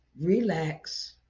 Relax